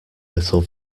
little